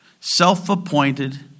self-appointed